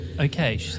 Okay